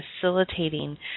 facilitating